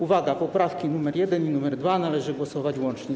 Uwaga, nad poprawkami nr 1 i nr 2 należy głosować łącznie.